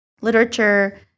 literature